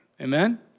Amen